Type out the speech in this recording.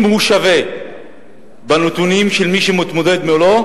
אם הוא שווה בנתונים של מי שמתמודד מולו,